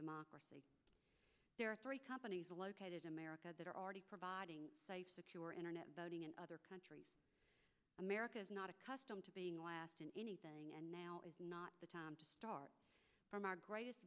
democracy there are three companies located in america that are already providing secure internet voting in other countries america is not accustomed to being anything and now is not the time to start from our greatest